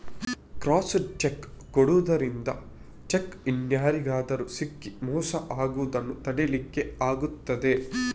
crossed cheque ಕೊಡುದರಿಂದ cheque ಇನ್ಯಾರಿಗಾದ್ರೂ ಸಿಕ್ಕಿ ಮೋಸ ಆಗುದನ್ನ ತಡೀಲಿಕ್ಕೆ ಆಗ್ತದೆ